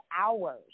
hours